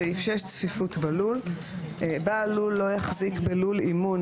צפיפות בלול בעל לול לא יחזיק, בלול אימון,